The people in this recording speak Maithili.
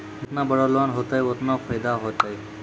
जेतना बड़ो लोन होतए ओतना फैदा होतए